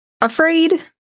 afraid